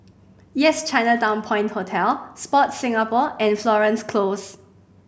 Yes Chinatown Point Hotel Sport Singapore and Florence Close